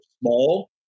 small